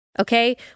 Okay